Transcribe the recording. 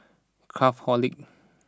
Craftholic